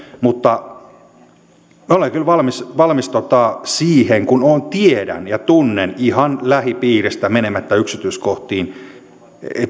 mutta olen kyllä valmis siihen kun tiedän ja tunnen ihan lähipiiristä menemättä yksityiskohtiin